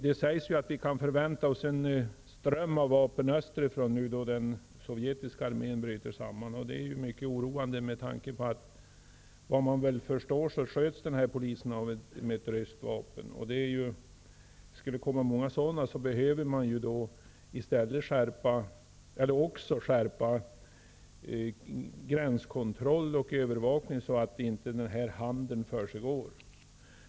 Det sägs att vi kan förvänta oss en ström av vapen österifrån, nu då den sovjetiska armén bryter samman, och det är ju mycket oroande med tanke på att den polis som blev skjuten sköts just med ett ryskt vapen. Skulle det komma hit många sådana vapen, blir det också nödvändigt att skärpa gränskontroll och övervakning så att inte den handeln kan försiggå.